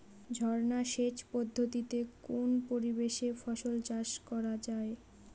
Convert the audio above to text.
ঝর্না সেচ পদ্ধতিতে কোন পরিবেশে ফসল চাষ করা যায়?